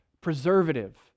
preservative